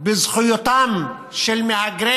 בזכויותיהם של מהגרי